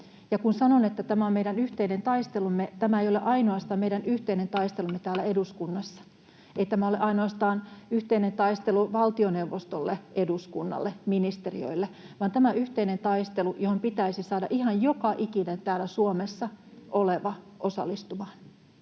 kun sanon, että tämä on meidän yhteinen taistelumme, niin tämä ei ole ainoastaan meidän yhteinen taistelumme täällä eduskunnassa, tämä ei ole ainoastaan yhteinen taistelu valtioneuvostolle, eduskunnalle, ministeriöille, vaan tämä on yhteinen taistelu, johon pitäisi saada ihan joka ikinen täällä Suomessa oleva osallistumaan.